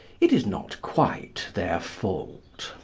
it is not quite their fault.